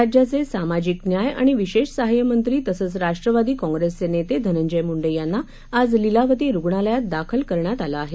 राज्याचे सामाजिक न्याय आणि विशेष सहाय्य मंत्री तसंच राष्ट्रवादी काँग्रेसचे नेते धनंजय मुंडे यांना आज लीलावती रुग्णालयात दाखल करण्यात आलं आहे